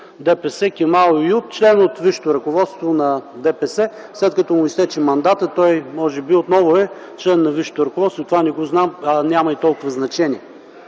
ДПС Кемал Еюп – член от висшето ръководство на ДПС. След като му изтече мандатът, може би той отново е член на висшето ръководство. Това не го знам, а и няма толкова значение.